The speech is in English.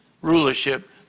rulership